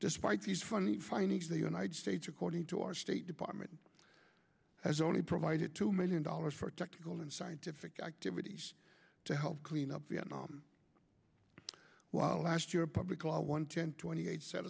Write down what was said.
despite these funny findings the united states according to our state department has only provided two million dollars for technical and scientific activities to help clean up vietnam while last year public law one ten twenty eight set